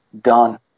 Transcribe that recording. done